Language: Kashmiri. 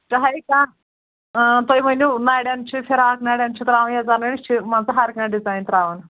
چاہے کانٛہہ تُہۍ ؤنِو نَرٮ۪ن چھِ فِراک نَرٮ۪ن چھِ ترٛاوَان یَزار نَرِس چھِ مان ژٕ ہر کانٛہہ ڈِزایِن ترٛاوَان